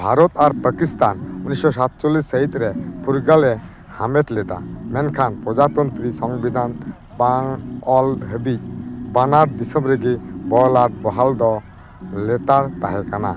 ᱵᱷᱟᱨᱚᱛ ᱟᱨ ᱯᱟᱹᱠᱤᱥᱛᱟᱱ ᱩᱱᱤᱥᱚ ᱥᱟᱛᱪᱚᱞᱤᱥ ᱥᱟᱹᱦᱤᱛ ᱨᱮ ᱯᱷᱩᱨᱜᱟᱹᱞᱮ ᱦᱟᱢᱮᱴ ᱞᱮᱫᱟ ᱢᱮᱱᱠᱷᱟᱱ ᱯᱨᱚᱡᱟᱛᱚᱱᱛᱨᱚ ᱥᱚᱝᱵᱤᱫᱷᱟᱱ ᱵᱟᱝ ᱚᱞ ᱫᱷᱟᱹᱵᱤᱡ ᱵᱟᱱᱟᱨ ᱫᱤᱥᱚᱢ ᱨᱮᱜᱮ ᱚᱞ ᱟᱨ ᱯᱳᱦᱟᱞ ᱫᱚ ᱞᱮᱛᱟᱲ ᱛᱟᱦᱮᱸ ᱠᱟᱱᱟ